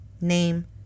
name